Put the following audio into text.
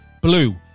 blue